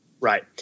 Right